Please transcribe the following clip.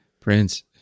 Prince